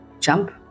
Jump